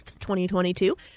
2022